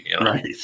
right